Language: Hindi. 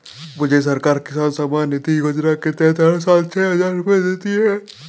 मुझे सरकार किसान सम्मान निधि योजना के तहत हर साल छह हज़ार रुपए देती है